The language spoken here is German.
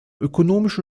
ökonomische